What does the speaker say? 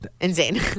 Insane